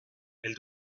elle